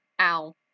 ow